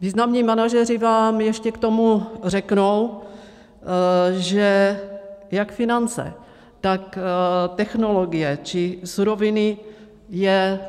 Významní manažeři vám ještě k tomu řeknou, že jak finance, tak technologie či suroviny je